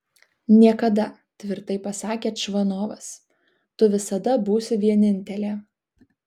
niekada tvirtai pasakė čvanovas tu visada būsi vienintelė